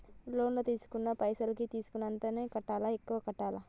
Loan లా తీస్కున్న పైసల్ కి తీస్కున్నంతనే కట్టాలా? ఎక్కువ కట్టాలా?